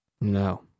No